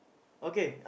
okay